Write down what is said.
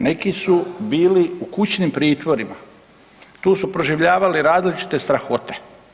Neki su bili u kućnim pritvorima, tu su proživljavali različite strahote.